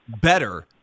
better